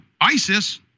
ISIS